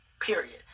period